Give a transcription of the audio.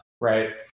Right